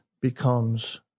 becomes